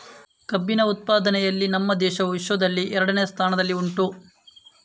ಕಬ್ಬಿನ ಉತ್ಪಾದನೆಯಲ್ಲಿ ನಮ್ಮ ದೇಶವು ವಿಶ್ವದಲ್ಲಿ ಎರಡನೆಯ ಸ್ಥಾನದಲ್ಲಿ ಉಂಟು